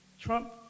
Trump